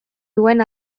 duen